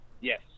Yes